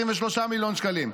23 מיליון שקלים,